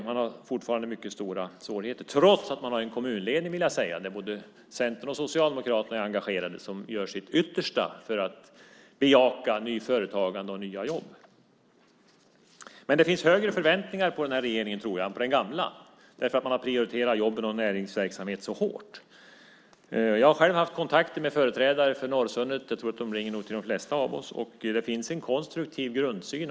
Man har fortfarande stora svårigheter trots att man har en kommunledning, vill jag säga, där både Centern och Socialdemokraterna är engagerade som gör sitt yttersta för att bejaka nytt företagande och nya jobb. Men det finns högre förväntningar, tror jag, på den här regeringen än på den gamla eftersom man har prioriterat jobb och näringsverksamhet så hårt. Jag har själv haft kontakter med företrädare för Norrsundet. Jag tror att de ringer till de flesta av oss. Det finns en konstruktiv grundsyn.